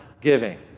giving